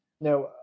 Now